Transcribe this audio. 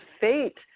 fate